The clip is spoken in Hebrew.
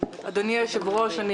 עוד חודש, אומרים